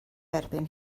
erbyn